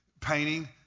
painting